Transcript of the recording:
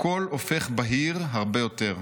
הכול הופך בהיר הרבה יותר.